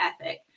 ethic